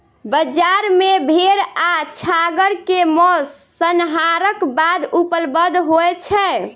बजार मे भेड़ आ छागर के मौस, संहारक बाद उपलब्ध होय छै